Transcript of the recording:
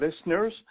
listeners